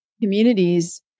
communities